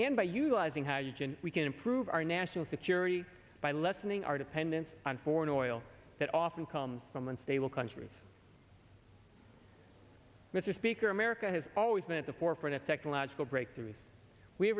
and by utilizing how you can we can improve our national security by lessening our dependence on foreign oil that often comes from unstable countries mr speaker america has always been at the forefront of technological breakthroughs we